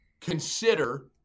consider